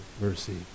mercy